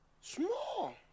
Small